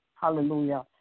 Hallelujah